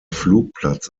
flugplatz